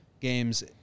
games